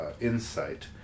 Insight